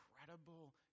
incredible